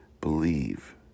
believe